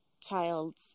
child's